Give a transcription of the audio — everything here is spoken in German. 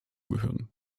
gehören